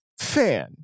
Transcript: fan